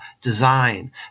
design